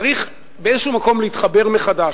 צריך באיזה מקום להתחבר מחדש.